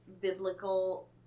biblical